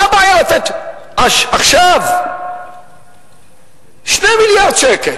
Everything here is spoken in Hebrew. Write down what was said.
מה הבעיה לתת עכשיו 2 מיליארד שקל